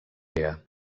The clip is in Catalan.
batea